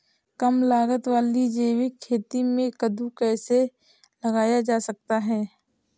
कम लागत वाली जैविक खेती में कद्दू कैसे लगाया जा सकता है?